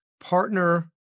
partner